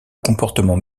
comportement